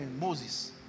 Moses